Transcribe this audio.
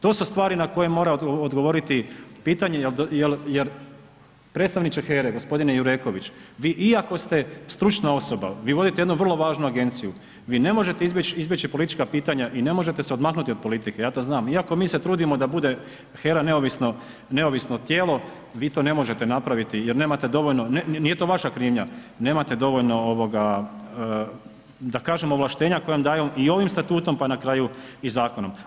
To su stvari na koje mora odgovoriti, pitanje jer, predstavniče HERA-e, g. Jureković, vi iako ste stručna osoba, vi vodite jednu vrlo važnu agenciju, vi ne možete izbjeći politička pitanja i ne možete se odmaknuti od politike ja to znam iako mi se trudimo da bude HERA neovisno tijelo, vi to ne možete napraviti jer nemate dovoljno, ne, nije to vaša krivnja, nemate dovoljno, da kažem ovlaštenja koja vam daju i ovim Statutom, pa na kraju i zakonom.